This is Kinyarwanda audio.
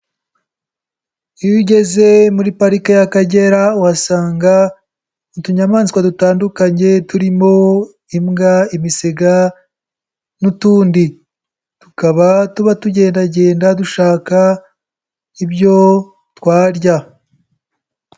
Iyo ugeze muri Parike y'Akagera uhasanga utunyamaswa dutandukanye turimo imbwa, imisigaga n'utundi. Tukaba tuba tugendagenda dushaka ibyo twarya.